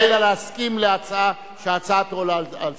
אין לך אלא להסכים שההצעה תועלה לסדר-היום,